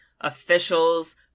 officials